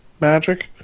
Magic